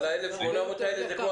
אבל ה-1,800 שקל האלה זה כמו